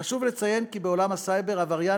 חשוב לציין כי בעולם הסייבר עבריין